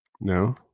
no